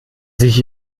sich